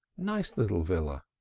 nice little villa!